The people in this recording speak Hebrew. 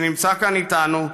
שנמצא כאן איתנו,